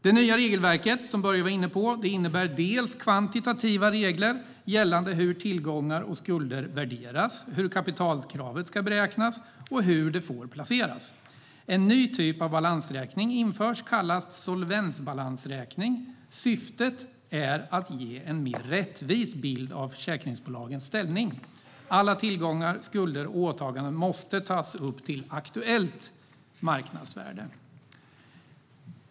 Som Börje Vestlund var inne på innebär det nya regelverket kvantitativa regler gällande hur tillgångar och skulder värderas, hur kapitalkravet ska beräknas och hur det får placeras. En ny typ av balansräkning, kallad solvensbalansräkning, införs med syftet att ge en mer rättvis bild av försäkringsbolagens ställning. Alla tillgångar, skulder och åtaganden måste tas upp till aktuellt marknadsvärde.